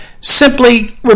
simply